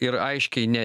ir aiškiai ne